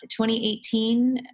2018